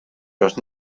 los